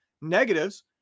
negatives